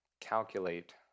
calculate